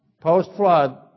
Post-flood